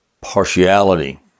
partiality